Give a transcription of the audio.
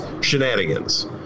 shenanigans